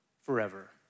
forever